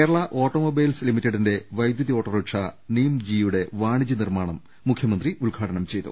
Kerala automobiles ലിമിറ്റഡിന്റെ വൈദ്യുതി autorickshaw നീംജിയുടെ വാണിജൃ നിർമാണം മുഖൃമന്ത്രി ഉദ്ഘാടനം ചെയ്തു